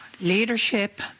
leadership